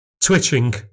twitching